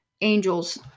angels